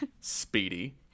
speedy